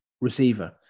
receiver